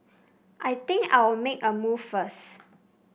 I think I'll make a move first